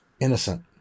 innocent